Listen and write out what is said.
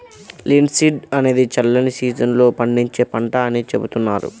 linseed అనేది చల్లని season లో పండించే పంట అని చెబుతున్నారు